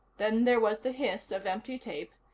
then there was the hiss of empty tape,